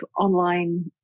online